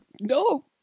no